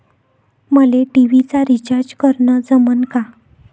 मले टी.व्ही चा रिचार्ज करन जमन का?